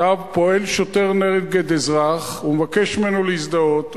פועל שוטר נגד אזרח והוא מבקש ממנו להזדהות,